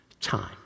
time